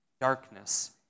Darkness